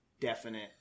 definite